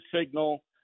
signal